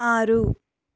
ಆರು